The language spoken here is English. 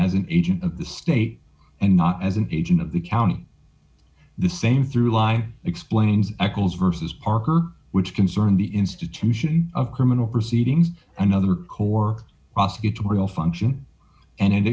as an agent of the state and not as an agent of the county the same through lie explains echols versus parker which concern the institution of criminal proceedings another core prosecutorial function and